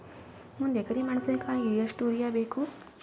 ಒಂದ್ ಎಕರಿ ಮೆಣಸಿಕಾಯಿಗಿ ಎಷ್ಟ ಯೂರಿಯಬೇಕು?